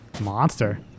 monster